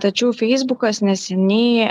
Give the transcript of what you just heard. tačiau feisbukas neseniai